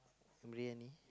briyani